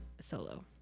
solo